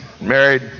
married